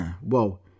whoa